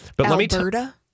Alberta